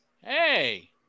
Hey